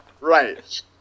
right